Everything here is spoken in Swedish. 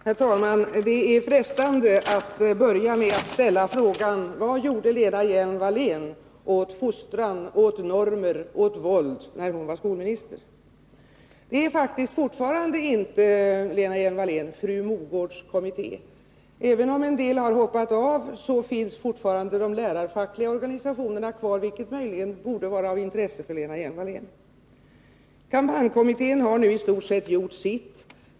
Herr talman! Det är frestande att börja med att ställa frågan: Vad gjorde Lena Hjelm-Wallén åt fostran, åt normer, åt våld när hon var skolminister? Det är faktiskt fortfarande inte, Lena Hjelm-Wallén, ”fru Mogårds kommitté”. Även om en del hoppat av finns fortfarande de lärarfackliga organisationerna kvar, vilket möjligen borde vara av intresse för Lena Hjelm-Wallén. Kampanjkommittén har nu i stort sett gjort sitt.